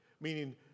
Meaning